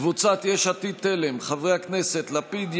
קבוצת סיעת יש עתיד-תל"ם: חברי הכנסת יאיר לפיד,